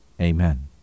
Amen